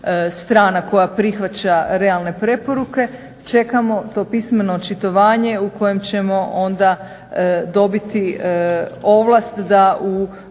strana koja prihvaća realne preporuke, čekamo to pismeno očitovanje u kojem ćemo onda dobiti ovlast da u